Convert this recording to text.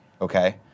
Okay